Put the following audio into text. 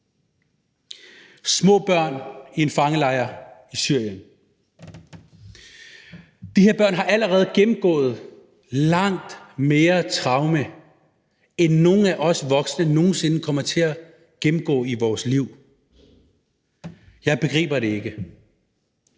Små børn i en fangelejr i Syrien. De her børn har allerede gennemgået langt flere traumer, end nogen af vi voksne nogen sinde kommer til at gennemgå i vores liv. Jeg begriber det ikke.